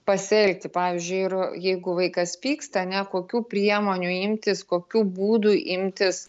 pasielgti pavyzdžiui ir jeigu vaikas pyksta ne kokių priemonių imtis kokių būdų imtis